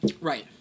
Right